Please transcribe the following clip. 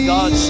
God